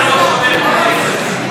מרגי, שר האוצר אינו חבר כנסת.